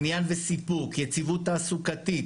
עניין וסיפוק, יציבות תעסוקתית,